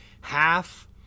half